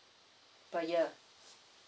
per year